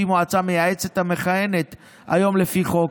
שהיא מועצה מייעצת המכהנת היום לפי חוק.